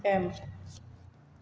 M